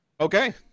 Okay